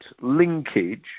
linkage